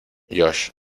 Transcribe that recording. josh